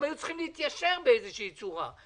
הם היו צריכים להתיישר באיזה שהיא צורה.